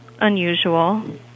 unusual